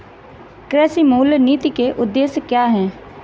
कृषि मूल्य नीति के उद्देश्य क्या है?